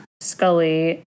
Scully